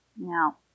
Now